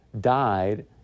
died